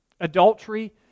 Adultery